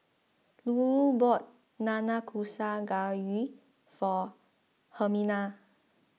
Lulu bought Nanakusa Gayu for Hermina